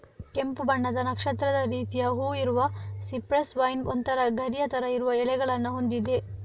ಕೆಂಪು ಬಣ್ಣದ ನಕ್ಷತ್ರದ ರೀತಿಯ ಹೂವು ಇರುವ ಸಿಪ್ರೆಸ್ ವೈನ್ ಒಂತರ ಗರಿಯ ತರ ಇರುವ ಎಲೆಗಳನ್ನ ಹೊಂದಿದೆ